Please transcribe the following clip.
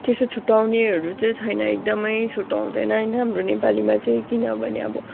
त्यस्तो छुट्ट्याउनेहरू चाहिँ छैन एकदमै छुट्ट्याउँदैन हाम्रो नेपालीमा चाहिँ किनभने अब